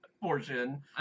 portion